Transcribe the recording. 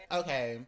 okay